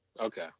Okay